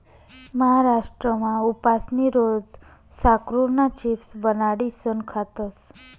महाराष्ट्रमा उपासनी रोज साकरुना चिप्स बनाडीसन खातस